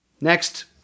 next